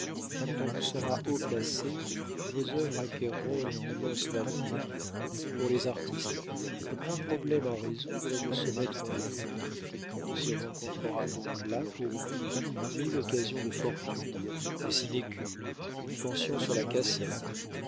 quand on vous saura haut placé vos œuvres acquerront une immense valeur pour les artistes le grand problème à résoudre est de se mettre en vue il se rencontrera donc là pour vous mille occasions de fortune des sinécures une pension sur la cassette